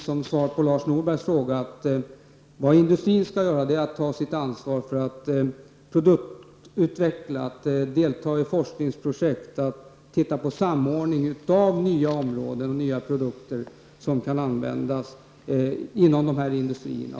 Som svar på Lars Norbergs fråga vill jag säga att industrin skall ta sitt ansvar för att produktutveckla, delta i forskningsprojekt och samordna nya områden och produkter som kan användas inom industrierna.